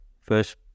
first